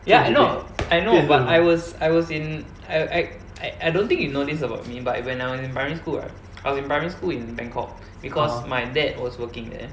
ya I know I know but I was I was in I I I I don't think you know this about me but I when I was in primary school right I was in primary school in Bangkok because my dad was working there